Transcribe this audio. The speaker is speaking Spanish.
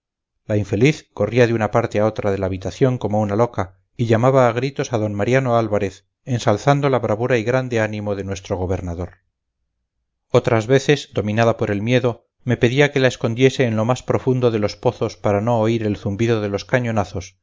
la infeliz corría de una parte a otra de la habitación como una loca y llamaba a gritos a d mariano álvarez ensalzando la bravura y grande ánimo de nuestro gobernador otras veces dominada por el miedo me pedía que la escondiese en lo más profundo de los pozos para no oír el zumbido de los cañonazos